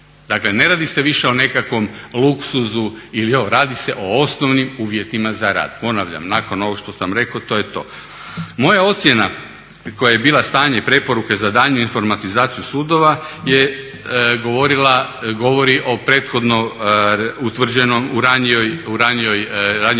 Dakle, ne radi se više o nekakvom luksuzu. Radi se o osnovnim uvjetima za rad. Ponavljam, nakon ovog što sam rekao to je to. Moja ocjena koja je bila stanje i preporuka za daljnju informatizaciju sudova je govorila, govori o prethodno utvrđenom, u ranijem